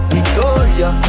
Victoria